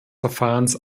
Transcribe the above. verfahrens